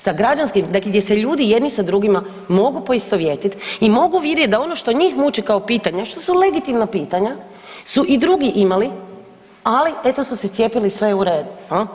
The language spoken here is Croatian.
Sa građanskim, dakle gdje se ljudi jedni sa drugim mogu poistovjetiti i mogu vidjet da ono što njih muči kao pitanje, što su legitimna pitanja su i drugi imali ali eto su se cijepili i sve je u redu.